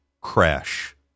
crash